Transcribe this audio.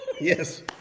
Yes